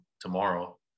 tomorrow